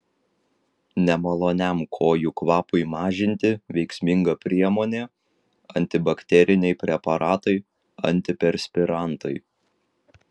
nemaloniam kojų kvapui mažinti veiksminga priemonė antibakteriniai preparatai antiperspirantai